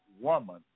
woman